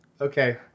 Okay